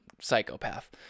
psychopath